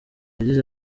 yagize